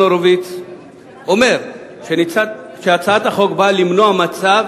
הורוביץ אומר שהצעת החוק באה למנוע מצב